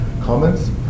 comments